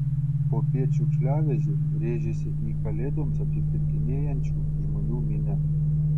popiet šiukšliavežė rėžėsi į kalėdoms apsipirkinėjančių žmonių minią